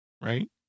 Right